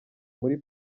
muri